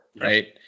right